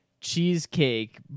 cheesecake